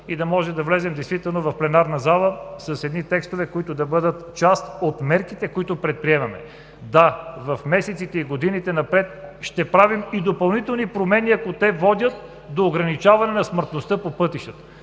и да влезем в пленарната зала с текстове, които да бъдат част от мерките, които предприемаме. Да, в месеците и годините напред, ще правим и допълнителни промени, ако те водят до ограничаване на смъртността по пътищата,